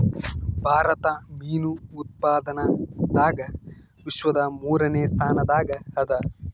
ಭಾರತ ಮೀನು ಉತ್ಪಾದನದಾಗ ವಿಶ್ವದ ಮೂರನೇ ಸ್ಥಾನದಾಗ ಅದ